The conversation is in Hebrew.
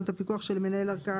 גם ההוראה על הדיווח של מנהל ערכאה